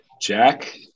Jack